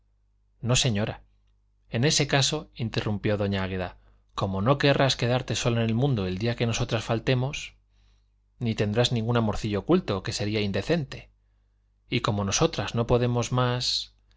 no señora en ese caso interrumpió doña águeda como no querrás quedarte sola en el mundo el día que nosotras faltemos ni tendrás ningún amorcillo oculto que sería indecente y como nosotras no podemos más